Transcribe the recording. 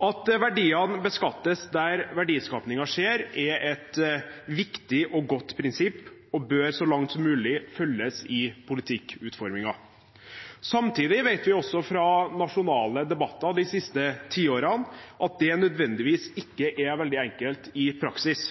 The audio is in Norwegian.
At verdiene beskattes der verdiskapingen skjer, er et viktig og godt prinsipp og bør så langt som mulig følges i politikkutformingen. Samtidig vet vi også fra nasjonale debatter de siste tiårene at det ikke nødvendigvis er veldig enkelt i praksis.